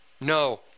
no